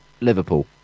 Liverpool